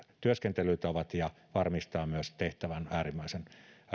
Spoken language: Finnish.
työskentelytavat ja varmistaa myös tehtävän äärimmäisen